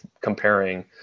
comparing